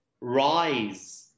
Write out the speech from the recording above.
rise